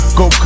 go